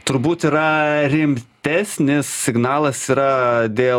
turbūt yra rimtesnis signalas yra dėl